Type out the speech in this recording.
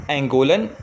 Angolan